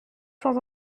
sans